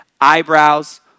eyebrows